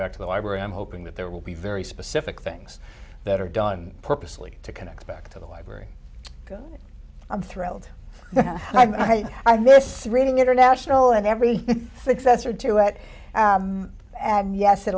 back to the library i'm hoping that there will be very specific things that are done purposely to connect back to the library because i'm thrilled i write this reading international and every successor to it and yes it